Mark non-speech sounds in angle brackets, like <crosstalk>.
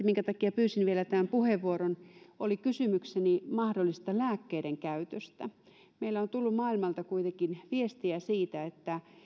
<unintelligible> minkä takia varsinaisesti pyysin vielä tämän puheenvuoron oli kysymykseni mahdollisesta lääkkeiden käytöstä meillä on tullut maailmalta kuitenkin viestiä siitä että